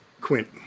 Quint